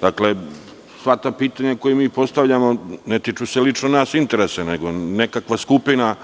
Dakle, sva ta pitanja koja mi postavljamo ne tiču se lično nas, nekakva skupina